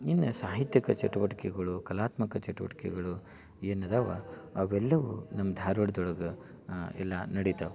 ಇನ್ನೂ ಸಾಹಿತ್ಯಿಕ ಚಟುವಟಿಕೆಗಳು ಕಲಾತ್ಮಕ ಚಟುವಟಿಕೆಗಳು ಏನು ಅದಾವ ಅವೆಲ್ಲವೂ ನಮ್ಮ ಧಾರವಾಡದೊಳಗೆ ಎಲ್ಲ ನಡಿತಾವೆ